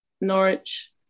Norwich